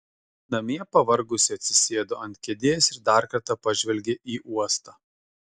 namie pavargusi atsisėdo ant kėdės ir dar kartą pažvelgė į uostą